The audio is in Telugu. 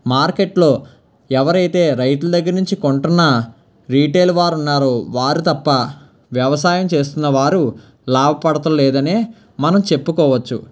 మార్కెట్లో ఎవరైతే రైతుల దగ్గర నుంచి కొంటున్న రిటైల్ వారు ఉన్నారు వారు తప్ప వ్యవసాయం చేస్తున్న వారు లాభ పడటం లేదని మనం చెప్పుకోవచ్చు